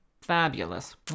fabulous